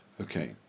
Okay